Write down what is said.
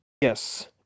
Yes